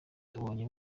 tubonye